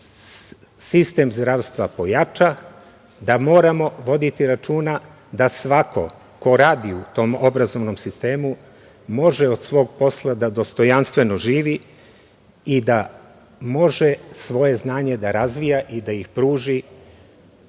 sistem zdravstva pojača, da moramo voditi računa da svako ko radi u tom obrazovnom sistemu može od svog posla da dostojanstveno živi i da može svoje znanje da razvija i da ih pruži